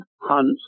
Hunt